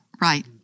Right